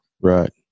Right